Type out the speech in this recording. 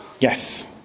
Yes